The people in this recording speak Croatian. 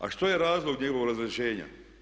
A što je razlog njegovog razrješenja?